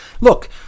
look